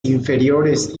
inferiores